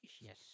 Yes